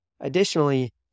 Additionally